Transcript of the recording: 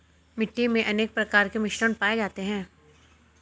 मिट्टी मे अनेक प्रकार के मिश्रण पाये जाते है